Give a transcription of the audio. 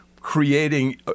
creating